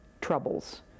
troubles